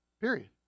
Period